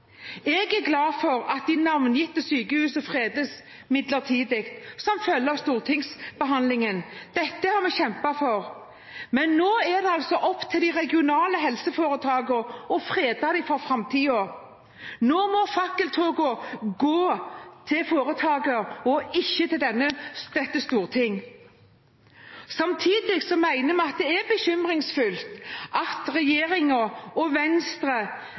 Jeg er glad for at det navngitte sykehuset fredes midlertidig, som følge av stortingsbehandlingen. Dette har vi kjempet for. Men nå er det altså opp til de regionale helseforetakene å frede dem for framtiden. Nå må fakkeltogene gå til foretaket, ikke til dette storting. Samtidig mener vi at det er bekymringsfullt at regjeringen og Venstre